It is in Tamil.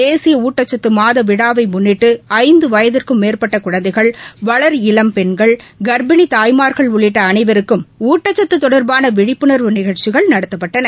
தேசிய ஊட்டச்சத்து மாத விழாவை முன்னிட்டு ஐந்து வயதுக்கும் மேற்பட்ட குழந்தைகள் வளர் இளம் பெண்கள் கர்ப்பிணி தாய்மார் உள்ளிட்ட அனைவருக்கும் ஊட்டச்சத்து தொடர்பான விழிப்புணர்வு நிகழ்ச்சிகள் நடத்தப்பட்டன